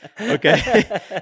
okay